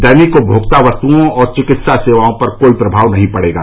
दैनिक उपभोक्ता वस्तुओं और चिकित्सा सेवाओं पर कोई प्रभाव नहीं पड़ेगा